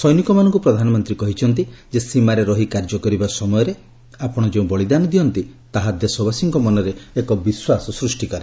ସୈନିକମାନଙ୍କୁ ପ୍ରଧାନମନ୍ତ୍ରୀ କହିଛନ୍ତି ଯେ ସୀମାରେ ରହି କାର୍ଯ୍ୟ କରିବା ସମୟରେ ଆପଣ ଯେଉଁ ବଳିଦାନ ଦିଅନ୍ତି ତାହା ଦେଶବାସୀଙ୍କ ମନରେ ଏକ ବିଶ୍ୱାସ ସୃଷ୍ଟି କରେ